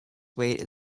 weight